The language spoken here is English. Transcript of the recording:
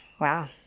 Wow